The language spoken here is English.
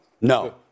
No